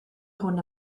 hwn